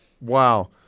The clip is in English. Wow